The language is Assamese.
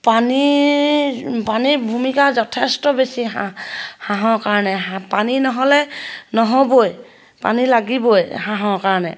পানীৰ পানীৰ ভূমিকা যথেষ্ট বেছি হাঁহ হাঁহৰ কাৰণে হাঁহ পানী নহ'লে নহ'বই পানী লাগিবই হাঁহৰ কাৰণে